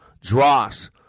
Dross